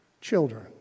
Children